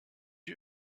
you